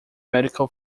medical